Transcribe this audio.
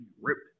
ripped